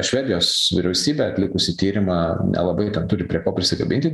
švedijos vyriausybė atlikusi tyrimą nelabai ten turi prie ko prisikabinti